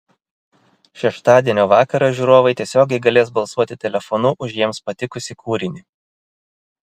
šeštadienio vakarą žiūrovai tiesiogiai galės balsuoti telefonu už jiems patikusį kūrinį